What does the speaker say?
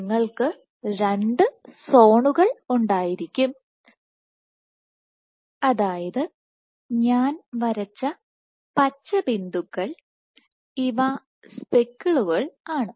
നിങ്ങൾക്ക് രണ്ട് സോണുകൾ ഉണ്ടായിരിക്കും അതായത് ഞാൻ വരച്ച പച്ച ബിന്ദുക്കൾ ഇവ സ്പെക്കിളുകൾ ആണ്